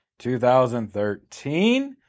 2013